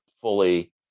fully